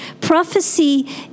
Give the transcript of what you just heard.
Prophecy